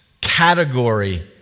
category